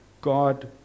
God